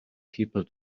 people